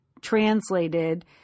translated